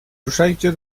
ruszajcie